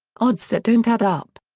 odds that don't add up,